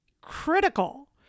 critical